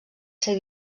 ser